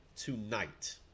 tonight